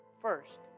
first